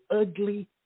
ugly